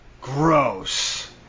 Gross